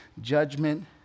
judgment